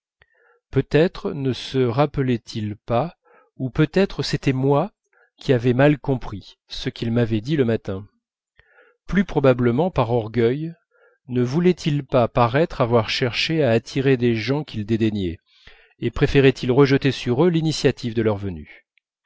peut-être ne se rappelait-il pas ou peut-être c'était moi qui avais mal compris ce qu'il m'avait dit le matin plus probablement par orgueil ne voulait-il pas paraître avoir cherché à attirer des gens qu'il dédaignait et préférait il rejeter sur eux l'initiative de leur venue